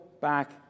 back